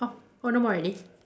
orh oh no more already